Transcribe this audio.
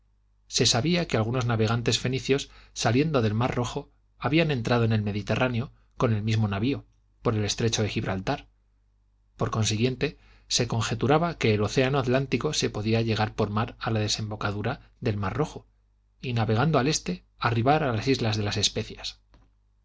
se sabía que algunos navegantes fenicios saliendo del mar rojo habían entrado en el mediterráneo con el mismo navio por el estrecho de gibraltar por consiguiente se conjeturaba que del océano atlántico se podía llegar por mar a la desembocadura del mar rojo y navegando al este arribar a las islas de las especias